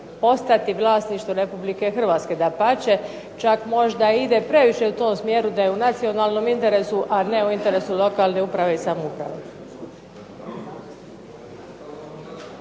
postati vlasništvo Republike Hrvatske. Dapače, čak možda ide previše u tom smjeru da je u nacionalnom interesu, a ne u interesu lokalne uprave i samouprave.